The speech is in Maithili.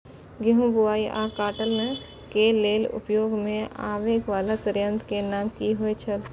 गेहूं बुआई आ काटय केय लेल उपयोग में आबेय वाला संयंत्र के नाम की होय छल?